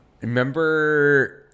Remember